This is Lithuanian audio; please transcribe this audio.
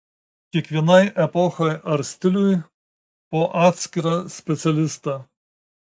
kiekvienai epochai ar stiliui po atskirą specialistą